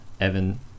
Evan